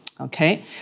Okay